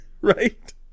Right